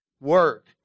work